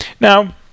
Now